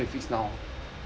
ya